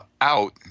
out